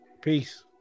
Peace